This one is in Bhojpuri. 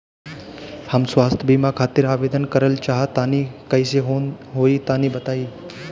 हम स्वास्थ बीमा खातिर आवेदन करल चाह तानि कइसे होई तनि बताईं?